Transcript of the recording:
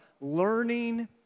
learning